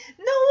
No